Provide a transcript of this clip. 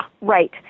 right